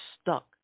stuck